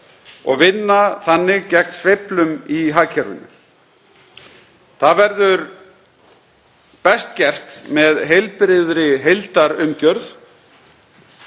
og vinna þannig gegn sveiflum í hagkerfinu. Það verður best gert með heilbrigðri heildarumgjörð,